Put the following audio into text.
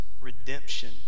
Redemption